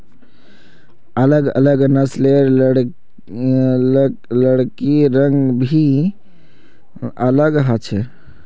अलग अलग नस्लेर लकड़िर रंग भी अलग ह छे